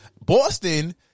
Boston